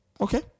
okay